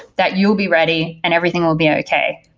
that you will be ready and everything will be okay.